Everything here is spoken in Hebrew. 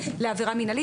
לעבירה מינהלית.